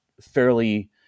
fairly